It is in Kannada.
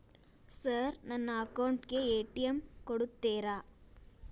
ಸರ್ ನನ್ನ ಅಕೌಂಟ್ ಗೆ ಎ.ಟಿ.ಎಂ ಕೊಡುತ್ತೇರಾ?